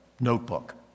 Notebook